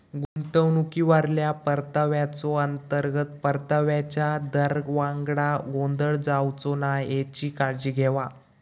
गुंतवणुकीवरल्या परताव्याचो, अंतर्गत परताव्याच्या दरावांगडा गोंधळ जावचो नाय हेची काळजी घेवा